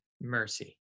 mercy